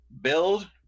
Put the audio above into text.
build